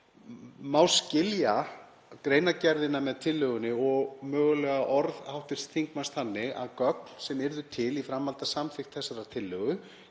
skilja greinargerðina með tillögunni og mögulega orð hv. þingmanns þannig að gögn sem yrðu til í framhaldi af samþykkt þessarar tillögu